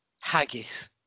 haggis